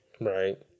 Right